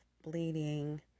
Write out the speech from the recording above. bleeding